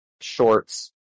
shorts